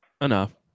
Enough